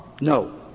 No